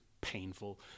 painful